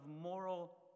moral